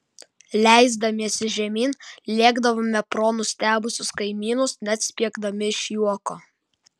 leisdamiesi žemyn lėkdavome pro nustebusius kaimynus net spiegdami iš juoko